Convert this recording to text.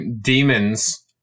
demons